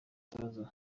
ikibazo